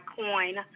coin